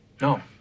No